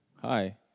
hi